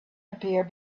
appear